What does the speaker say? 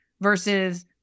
Versus